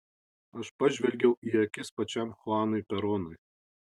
aš pažvelgiau į akis pačiam chuanui peronui